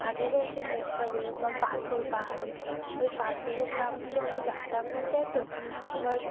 আগেকার যে মুদ্রাগুলো বা পাথর পাহাড়ের ওই পাথরের দাম তো আমি জানতাম না যে এত আমার